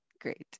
Great